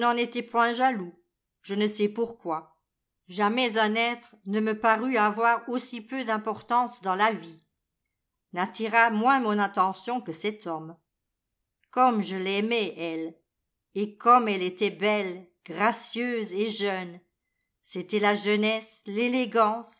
n'en étais point jaloux je ne sais pourquoi jamais un être ne me parut avoir aussi peu d'importance dans la vie n'attira moins mon attention que cet homme comme je l'aimais elle et comme elle était belle gracieuse et jeune c'était la jeunesse l'élégance